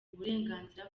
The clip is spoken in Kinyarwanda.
uburenganzira